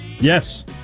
Yes